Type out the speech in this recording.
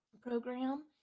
program